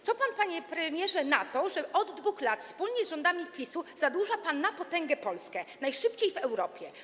Co pan, panie premierze, na to, że od 2 lat wspólnie z rządami PiS-u zadłuża pan na potęgę Polskę, najszybciej w Europie?